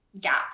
gap